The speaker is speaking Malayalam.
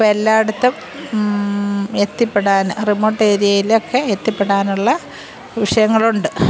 ഇപ്പോൾ എല്ലായിടത്തും എത്തിപ്പെടാൻ റിമോട്ട് ഏരിയയിലൊക്കെ എത്തിപ്പെടാനുള്ള വിഷയങ്ങളുണ്ട്